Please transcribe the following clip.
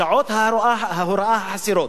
שעות ההוראה החסרות,